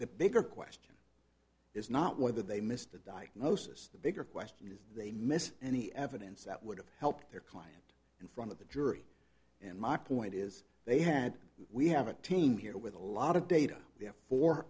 the bigger question is not whether they missed the diagnosis the bigger question is they miss any evidence that would have helped their cause in front of the jury and my point is they had we have a team here with a lot of data